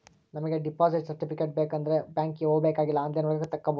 ನಮಿಗೆ deposit certificate ಬೇಕಂಡ್ರೆ ಬ್ಯಾಂಕ್ಗೆ ಹೋಬಾಕಾಗಿಲ್ಲ ಆನ್ಲೈನ್ ಒಳಗ ತಕ್ಕೊಬೋದು